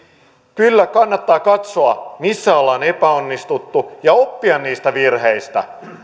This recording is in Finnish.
kyllä kannattaa katsoa missä ollaan epäonnistuttu ja oppia niistä virheistä